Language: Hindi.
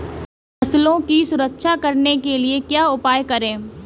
फसलों की सुरक्षा करने के लिए क्या उपाय करें?